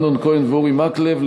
אמנון כהן ואורי מקלב,